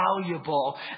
valuable